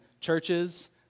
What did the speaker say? churches